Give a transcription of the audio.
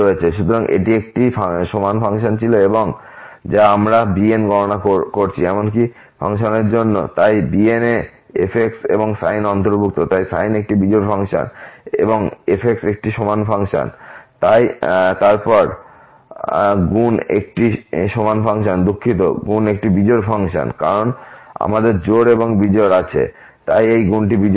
সুতরাং এটি একটি সমান ফাংশন ছিল এবং যখন আমরা bn গণনা করছি এমনকি ফাংশনের জন্য তাই bn এ f এবং সাইন অন্তর্ভুক্ত এবং সাইন একটি বিজোড় ফাংশন এবং f একটি সমান ফাংশন তাই তারপর গুণ একটি সমান ফাংশন দুখিত গুণটি একটি বিজোড় ফাংশন কারণ আমাদের জোড় এবং বিজোড় আছে তাই গুণটি বিজোড় হবে